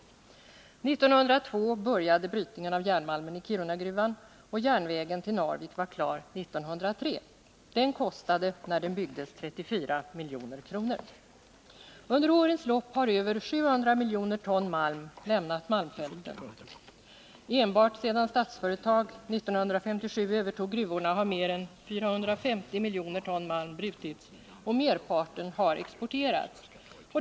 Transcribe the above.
1902 började brytningen av järnmalmen i Kirunagruvan, och järnvägen till Narvik var klar 1903. Den kostade när den byggdes 34 milj.kr. Under årens lopp har över 700 miljoner ton malm lämnat malmfälten. Enbart sedan Statsföretag — 1957 — övertog gruvorna har mer än 450 miljoner ton malm brutits, och merparten har exporterats.